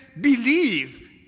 believe